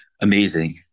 amazing